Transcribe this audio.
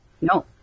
No